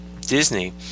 Disney